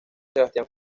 sebastián